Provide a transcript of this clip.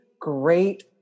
great